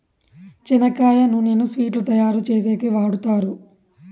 చెనక్కాయ నూనెను స్వీట్లు తయారు చేసేకి వాడుతారు